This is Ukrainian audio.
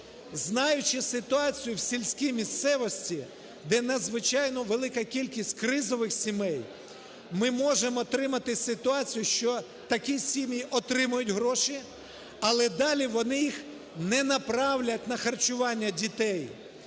Знаючи ситуацію в сільській місцевості, де надзвичайно велика кількість кризових сімей, ми можемо отримати ситуацію, що такі сім'ї отримують гроші, але далі вони їх не направлять на харчування дітей,